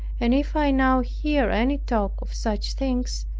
and if i now hear any talk of such things,